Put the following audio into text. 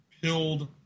Pilled